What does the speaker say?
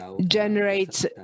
Generates